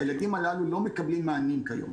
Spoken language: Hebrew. הילדים הללו לא מקבלים מענים כיום.